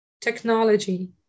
technology